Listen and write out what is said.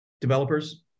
developers